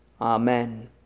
Amen